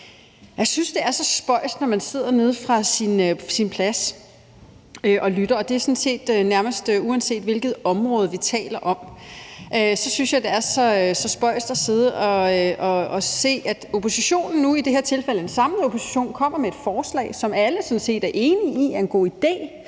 Jeg synes, det er så spøjst at sidde nede fra ens plads og lytte til det her, og det er, sådan set nærmest uanset hvilket område vi taler om. Det er spøjst at se, at når oppositionen, nu i det her tilfælde en samlet opposition, kommer med et forslag, som alle sådan set er enige i er en god idé